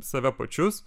save pačius